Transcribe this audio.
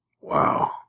Wow